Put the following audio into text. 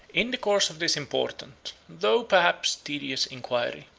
in the course of this important, though perhaps tedious inquiry,